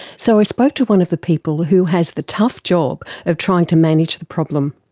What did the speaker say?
so i spoke to one of the people who has the tough job of trying to manage the problem.